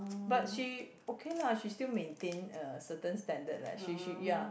but she okay lah she still maintain a certain standard leh she she ya